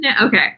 Okay